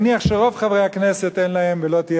ואני מניח שרוב חברי הכנסת אין להם ולא תהיה